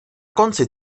konci